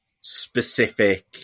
specific